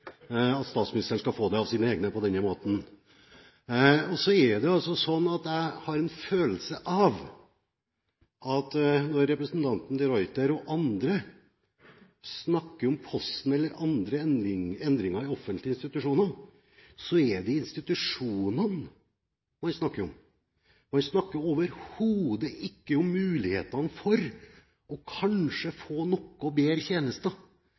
at statsministeren skal få det av sine egne på denne måten. Så har jeg en følelse av at når representanten de Ruiter og andre snakker om Posten eller andre endringer i offentlige institusjoner, er det institusjonene man snakker om. Man snakker overhodet ikke om mulighetene for kanskje å få noe bedre tjenester,